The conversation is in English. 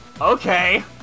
Okay